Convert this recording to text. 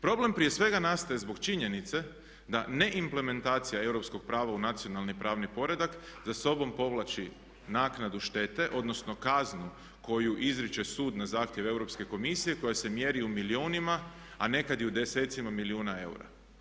Problem prije svega nastaje zbog činjenice da neimplementacija europskog prava europskog prava u nacionalni pravni poredak za sobom povlači naknadu štete odnosno kaznu koju izriče sud na zahtjev Europske komisije koja se mjeri u milijunima a nekada i u desetcima milijuna eura.